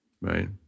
Right